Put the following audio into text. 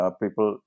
people